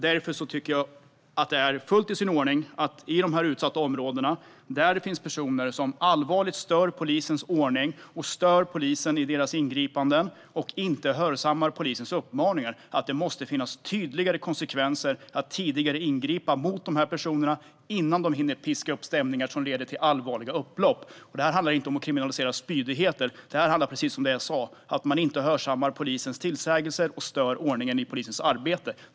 Därför tycker jag att det är fullt i sin ordning att det måste finnas tydligare konsekvenser i dessa utsatta områden, där det finns personer som allvarligt stör polisens ordning, stör poliserna i deras ingripanden och inte hörsammar polisens uppmaningar. Det handlar om att tidigare ingripa mot de personerna, innan de hinner piska upp stämningar som leder till allvarliga upplopp. Det handlar inte om att kriminalisera spydigheter. Det handlar om precis det jag sa: att man inte hörsammar polisens tillsägelser och stör ordningen i polisens arbete.